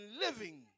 living